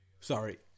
Sorry